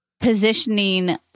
positioning